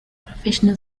professional